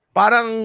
parang